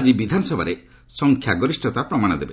ଆଜି ବିଧାନସଭାରେ ସଂଖ୍ୟା ଗରିଷତା ପ୍ରମାଣ ଦେବେ